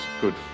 good